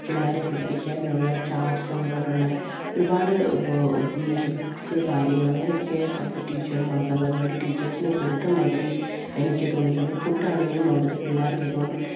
പിള്ളേരെ പഠിപ്പിക്കാനുള്ള ചാർട്ട്സും അങ്ങനെയുള്ള ഒരുപാട് മീൻസ് ബുക്സ് കാര്യങ്ങള് അങ്ങനെയൊക്കെ അവിടുത്തെ ടീച്ചർമാർക്ക് അങ്കണവാടി ടീച്ചേഴ്സിന് കൊടുത്ത മാതിരി എനിക്ക് തോന്നിയിട്ടുണ്ട് ഫുഡാണെങ്കിലും അവിടുത്തെ പിള്ളേർക്കിപ്പം